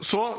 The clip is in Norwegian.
Så